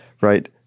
right